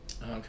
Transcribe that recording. okay